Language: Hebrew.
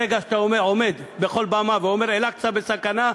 ברגע שאתה עומד על כל במה ואומר "אל-אקצא בסכנה",